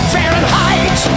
Fahrenheit